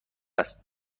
هست